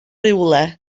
rywle